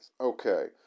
Okay